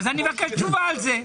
אני מבקש תשובה על זה.